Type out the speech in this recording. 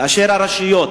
כאשר הרשויות